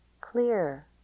clear